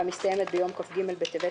והמסתיימת ביום כ"ג בטבת